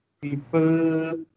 people